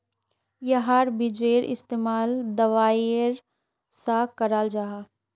याहार बिजेर इस्तेमाल दवाईर सा कराल जाहा